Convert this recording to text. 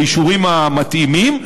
באישורים המתאימים,